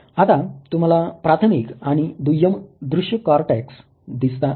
आता तुम्हाला प्राथमिक आणि दुय्यम दृश्य कॉर्टेक्स दिसता आहेत